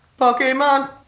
Pokemon